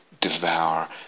devour